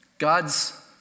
God's